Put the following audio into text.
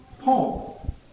Paul